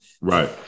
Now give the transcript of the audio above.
Right